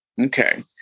Okay